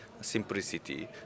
simplicity